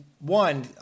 one